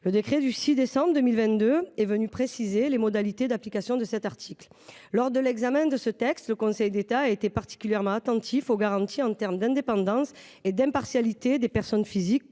Le décret du 6 décembre 2022 est venu préciser les modalités d’application de cet article. Lors de l’examen de ce texte, le Conseil d’État a été particulièrement attentif aux garanties d’indépendance et d’impartialité des personnes physiques